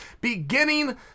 beginning